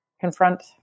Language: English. confront